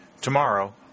Tomorrow